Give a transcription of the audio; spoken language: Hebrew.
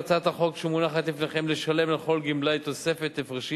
בהצעת החוק שמונחת לפניכם לשלם לכל גמלאי תוספת הפרשים